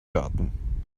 garten